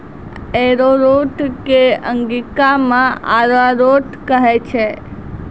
arrowroot कॅ अंगिका मॅ अरारोट कहै छै